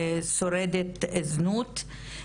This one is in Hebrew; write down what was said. שורדת זנות,